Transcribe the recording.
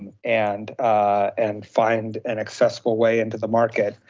and and find an accessible way into the market.